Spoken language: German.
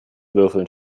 würfeln